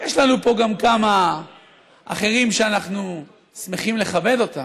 יש לנו פה גם כמה אחרים שאנחנו שמחים לכבד אותם,